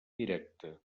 directe